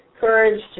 Courage